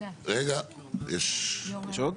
רגע, יש עוד.